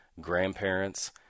grandparents